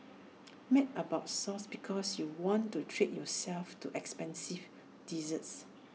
mad about Sucre because you want to treat yourself to expensive desserts